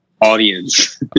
audience